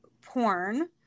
porn